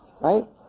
Right